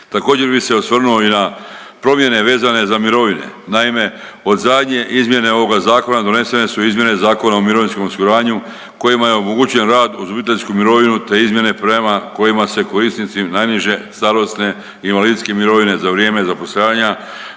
Također bi se osvrnuo i na promjene vezane za mirovine. Naime, od zadnje izmjene ovoga zakona donesenu su izmjene Zakona o mirovinskom osiguranju kojima je omogućen rad uz obiteljsku mirovinu, te izmjene prema kojima se korisnicima najniže starosne invalidske mirovine za vrijeme zapošljavanja